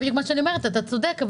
אתה צודק,